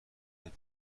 این